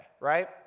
Right